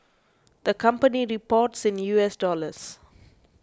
the company reports in U S dollars